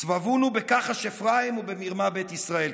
"סְבָבֻנִי בכחש אפרים ובמרמה בית ישראל",